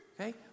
Okay